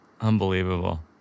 Unbelievable